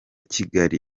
kigali